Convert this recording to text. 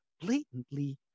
blatantly